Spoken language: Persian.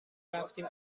رفتیم